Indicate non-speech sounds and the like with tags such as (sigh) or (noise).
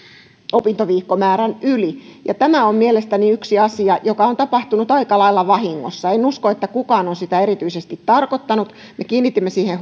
opintoviikkomäärän yli tämä on mielestäni yksi asia joka on tapahtunut aika lailla vahingossa en usko että kukaan on sitä erityisesti tarkoittanut me kiinnitimme siihen (unintelligible)